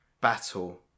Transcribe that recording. battle